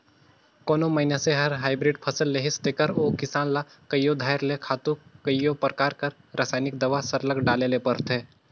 कोनो मइनसे हर हाईब्रिड फसिल लेहिस तेकर ओ किसान ल कइयो धाएर ले खातू कइयो परकार कर रसइनिक दावा सरलग डाले ले परथे